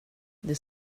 det